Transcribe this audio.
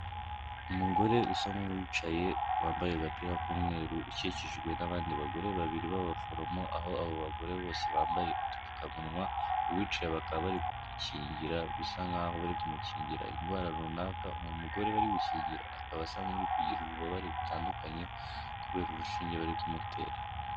Umugore usa nk nk'uwicaye wambaye agapira k'umweru ukikijwe n'abandi bagore babiri b'abforomo, aho abo bagore bose bambaye udupfukamunwa, uwicaye bakaba bari gukingira, bisa nkaho bari kumukingira indwara runaka, uwo mugore bari gukingira akaba asa n'uri kugira ububabare butandukanye kubera urushinge bari kumutera.